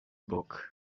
book